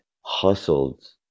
hustled